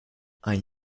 ein